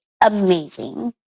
amazing